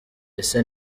ese